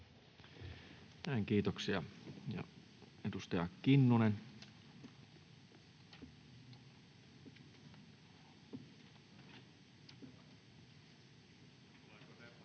kiitoksia. — Edustaja Kinnunen. [Sakari